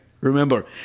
Remember